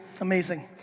Amazing